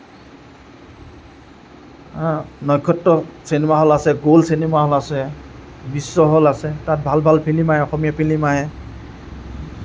হা নক্ষত্ৰ cinema hall আছে গ'ল্ড চিনেমা হল আছে বিশ্ব হল আছে তাত ভাল ভাল ফিল্ম আহে অসমীয়া ফিল্ম আহে